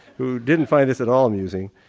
who didn't find this at all amusing.